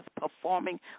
performing